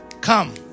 come